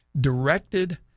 directed